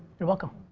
you're welcome.